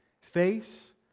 face